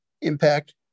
impact